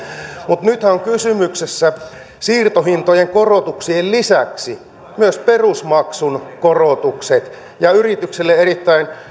mutta nythän ovat kysymyksessä siirtohintojen korotuksien lisäksi myös perusmaksun korotukset ja yritykselle erittäin